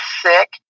sick